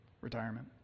retirement